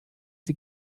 sie